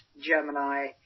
Gemini